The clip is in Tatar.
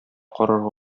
карарга